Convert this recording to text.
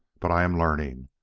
but i am learning.